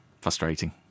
frustrating